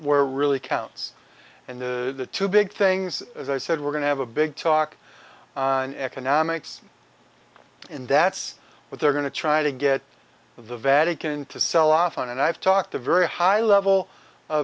where really counts and the two big things as i said we're going to have a big talk on economics in that's what they're going to try to get of the vatican to sell off on and i've talked to very high level